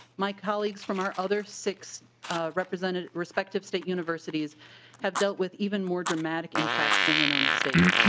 my colleagues from our other six representative respective state universities have dealt with even more dramatic impacts than winona state.